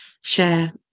share